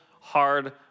hard